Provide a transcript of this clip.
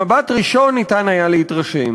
במבט ראשון ניתן היה להתרשם